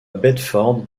bedford